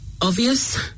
obvious